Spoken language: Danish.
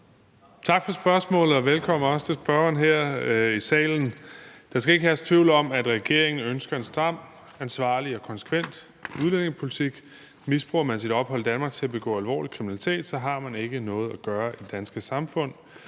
Tak for spørgsmålet, og velkommen her i salen til spørgeren. Der skal ikke herske tvivl om, at regeringen ønsker en stram, ansvarlig og konsekvent udlændingepolitik. Misbruger man sit ophold i Danmark til at begå alvorlig kriminalitet, har man ikke noget at gøre i det danske samfund.